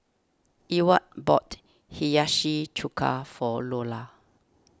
Ewart bought Hiyashi Chuka for Lola